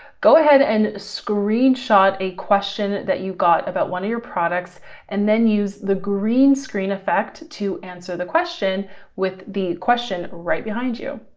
go ahead and screenshot a question that you got about one of your products and then use the green screen effect to answer the question with the question right behind you.